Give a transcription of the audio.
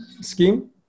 scheme